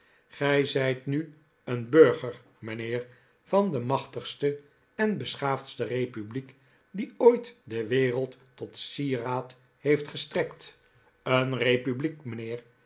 gij zijt nu een burger mijnheer van de machtigste en beschaafdste republiek die ooit de wereld tot sieraad heeft gestrekt een republiek mijnheer